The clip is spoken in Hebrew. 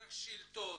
דרך שאילתות,